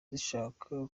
zishaka